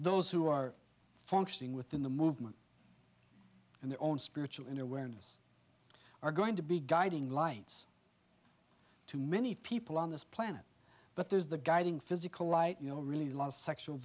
those who are functioning within the movement and their own spiritual in awareness are going to be guiding lights too many people on this planet but there's the guiding physical light you know really lot of sexual